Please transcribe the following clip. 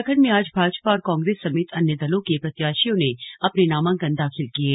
उत्तराखंड में आज भाजपा और कांग्रेस समेत अन्य दलों केप्रत्याशियों ने अपने नामांकन दाखिल किये